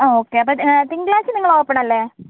ആ ഓക്കെ അപ്പം തിങ്കളാഴ്ച നിങ്ങൾ ഓപ്പൺ അല്ലേ